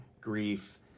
grief